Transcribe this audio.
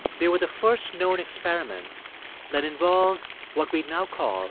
they were the first known experiments that involved what we'd now call